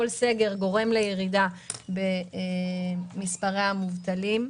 כל סגר גורם לירידה במספר המועסקים.